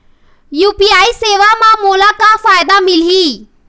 UPI सेवा म मोला का फायदा मिलही?